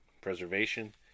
preservation